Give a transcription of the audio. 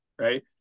Right